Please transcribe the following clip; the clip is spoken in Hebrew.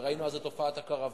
וראינו אז את תופעת הקרוונים,